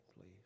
please